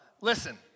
Listen